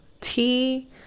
tea